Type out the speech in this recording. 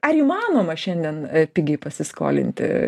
ar įmanoma šiandien pigiai pasiskolinti